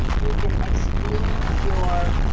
you can exclude your,